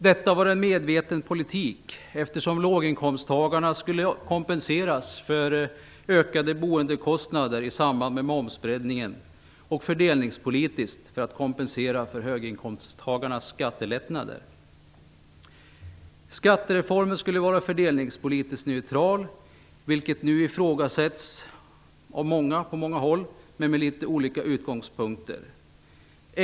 Detta var en medveten politik, eftersom låginkomsttagarna skulle kompenseras för ökade boendekostnader i samband med momsbreddningen och man fördelningspolitiskt skulle kompensera för höginkomsttagarnas skattelättnader. Skattereformen skulle vara fördelningspolitiskt neutral, vilket nu ifrågasätts på många håll, men med litet olika utgångspunkter.